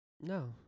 No